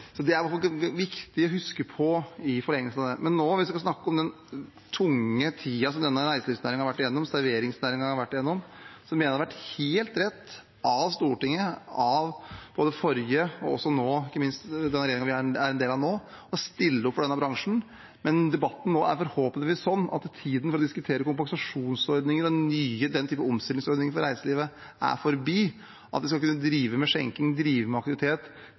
Det er viktig å huske på i forlengelsen av det. Hvis vi nå skal snakke om den tunge tiden som reiselivsnæringen og serveringsnæringen har vært gjennom, mener jeg det har vært helt rett av Stortinget og både forrige og ikke minst den nåværende regjeringen å stille opp for denne bransjen, men debatten er forhåpentligvis nå sånn at tiden for å diskutere kompensasjonsordninger og nye omstillingsordninger av den typen for reiselivet er forbi, og at de skal kunne drive med skjenking, drive med aktivitet